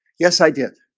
yes, i did